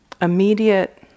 immediate